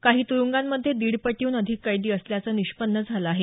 काही तुरुंगांमध्ये दिड पटीहन अधिक कैदी असल्याचं निष्पन्न झालं आहे